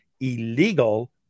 illegal